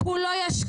הוא לא ישקיע,